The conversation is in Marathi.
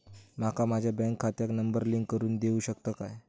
माका माझ्या बँक खात्याक नंबर लिंक करून देऊ शकता काय?